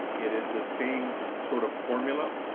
it is the same sort of formula,